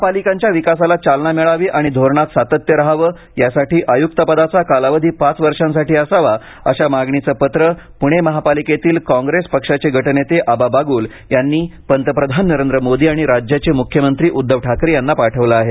महापालिकांच्या विकासाला चालना मिळावी आणि धोरणात सातत्य रहावं यासाठी आय्क्तपदाचा कालावधी पाच वर्षांसाठी असावा अशा मागणीचं पत्र प्णे महापालिकेतील काँग्रेस पक्षाचे गटनेते आबा बाग्ल यांनी पंतप्रधान नरेंद्र मोदी आणि राज्याचे मुख्यमंत्री उद्धव ठाकरे यांना पाठवलं आहे